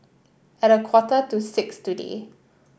at a quarter to six today